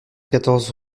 quatorze